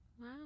Wow